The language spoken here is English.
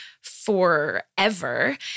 forever